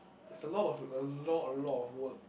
it's a lot of a lot a lot of work